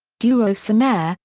duo sonare,